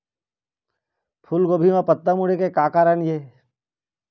फूलगोभी म पत्ता मुड़े के का कारण ये?